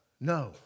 No